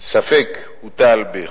הוטל ספק בחוקיותם,